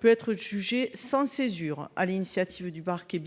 peut être jugé sans césure sur l’initiative du parquet :